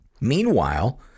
Meanwhile